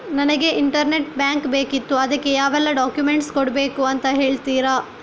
ನನಗೆ internet bank ಬೇಕಿತ್ತು ಅದಕ್ಕೆ ಯಾವೆಲ್ಲಾ ಡಾಕ್ಯುಮೆಂಟ್ಸ್ ಕೊಡ್ಬೇಕು ಅಂತ ಹೇಳ್ತಿರಾ?